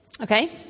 Okay